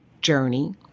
journey